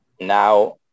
Now